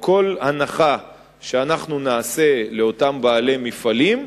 או כל הנחה שאנחנו נעשה לאותם בעלי מפעלים,